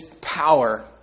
power